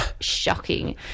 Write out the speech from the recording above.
shocking